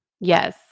Yes